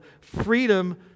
freedom